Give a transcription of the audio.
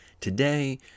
Today